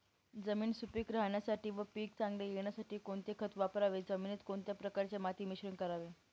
जमीन सुपिक राहण्यासाठी व पीक चांगले येण्यासाठी कोणते खत वापरावे? जमिनीत कोणत्या प्रकारचे माती मिश्रण करावे?